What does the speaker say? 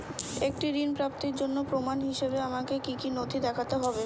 একটি ঋণ প্রাপ্তির জন্য প্রমাণ হিসাবে আমাকে কী কী নথি দেখাতে হবে?